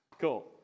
Cool